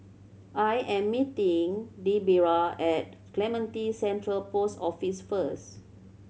I am meeting Debera at Clementi Central Post Office first